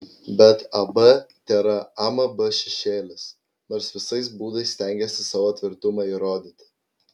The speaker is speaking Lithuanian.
bet ab tėra amb šešėlis nors visais būdais stengiasi savo tvirtumą įrodyti